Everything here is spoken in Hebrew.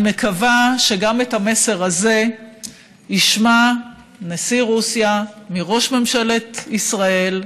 אני מקווה שגם את המסר הזה ישמע נשיא רוסיה מראש ממשלת ישראל,